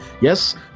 Yes